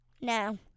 No